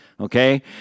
Okay